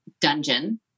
dungeon